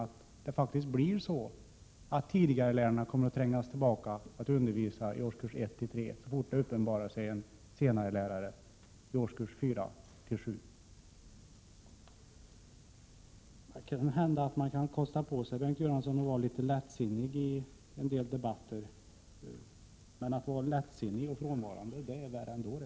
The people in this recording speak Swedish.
Det kommer faktiskt att bli så att tidigarelärarna trängs tillbaka för att undervisa i årskurserna 1-3 så fort det uppenbarar sig en senarelärare i årskurserna 4-7. Det kan väl hända att man kan kosta på sig, Bengt Göransson, att vara litet lättsinnig i en del debatter. Att vara lättsinnig och frånvarande är värre.